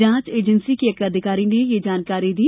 जांच एजेंसी के एक अधिकारी ने आज यह जानकारी दी